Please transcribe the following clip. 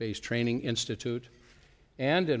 based training institute and